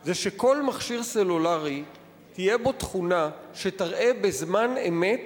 היא שבכל מכשיר סלולרי תהיה תכונה שתראה בזמן אמת